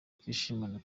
twishimane